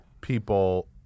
people